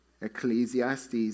Ecclesiastes